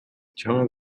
чамайг